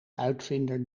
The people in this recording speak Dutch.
uitvinder